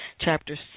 Chapter